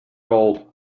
gold